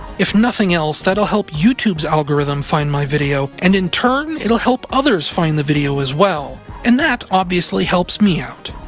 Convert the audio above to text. if nothing else, that'll help youtube's algorithm find my video, and in turn, it'll help others find the video, as well, and that, obviously, helps me out.